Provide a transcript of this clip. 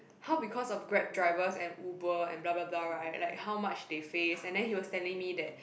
how because of Grab drivers and Uber and bla bla bla right like how much they face and then he was telling me that